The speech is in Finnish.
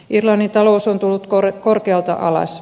irlannin talous on tullut korkealta alas